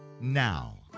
now